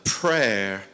prayer